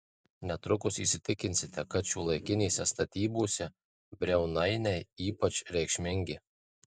netrukus įsitikinsite kad šiuolaikinėse statybose briaunainiai ypač reikšmingi